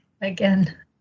Again